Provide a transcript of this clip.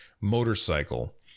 motorcycle